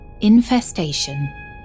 Infestation